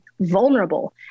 vulnerable